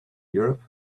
europe